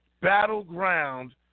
Battleground